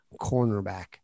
cornerback